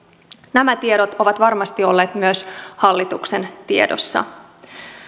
nämä tiedot ovat varmasti olleet myös hallituksen tiedossa